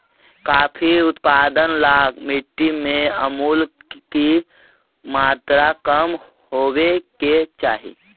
coffee उत्पादन ला मिट्टी में अमूल की मात्रा कम होवे के चाही